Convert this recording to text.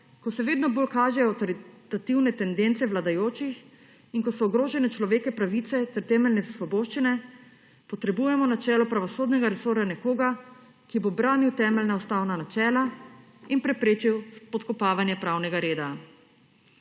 ko se vedno bolj kažejo avtoritativne tendence vladajočih in ko so ogrožene človekove pravice ter temeljne svoboščine, potrebujemo na čelu pravosodnega resorja nekoga, ki bo branil temeljna ustavna načela in preprečil spodkopavanje pravnega reda.